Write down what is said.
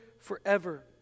forever